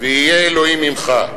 ויהיה אלוהים עמך.